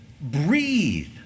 breathe